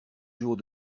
jours